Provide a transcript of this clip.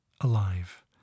Alive